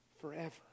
forever